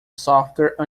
software